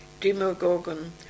Demogorgon